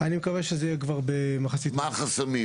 אני מקווה שזה יהיה כבר במחצית --- מה החסמים?